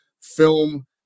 film